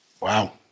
Wow